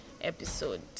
episode